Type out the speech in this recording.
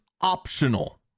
optional